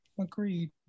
agreed